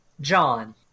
John